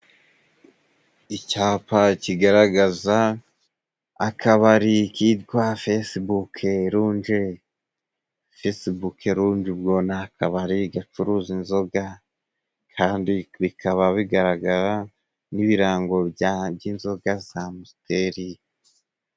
Icyapa kigaragaza akabari kitwa Fesibuku Longe, Fesibuku Longe ubwo ni akabari gacuruza inzoga kandi bikaba bigaragara nk'ibirango bya, inzoga za Musiteri.